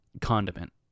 condiment